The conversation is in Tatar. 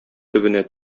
төбенә